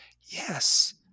Yes